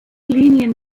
linien